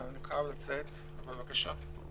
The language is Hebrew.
אני חייב לצאת, אבל בבקשה.